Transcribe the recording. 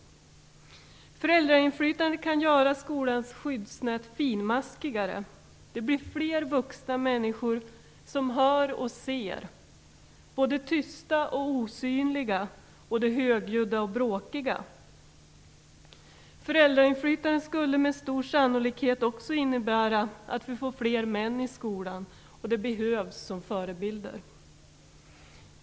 Föräldrainflytandet kan göra skolans skyddsnät finmaskigare; det blir fler vuxna människor som hör och ser, både de tysta och osynliga och de högljudda och bråkiga. Föräldrainflytande skulle med stor sannolikhet också innebära att vi får fler män i skolan, och de behövs som förebilder.